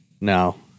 No